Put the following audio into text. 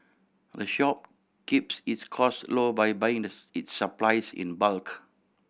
the shop keeps its cost low by buying this its supplies in bulk